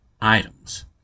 items